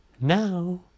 now